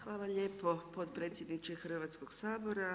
Hvala lijepo potpredsjedniče Hrvatskog sabora.